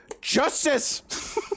Justice